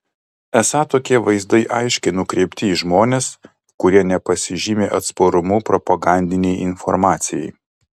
esą tokie vaizdai aiškiai nukreipti į žmones kurie nepasižymi atsparumu propagandinei informacijai